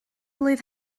blwydd